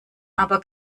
aber